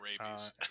rabies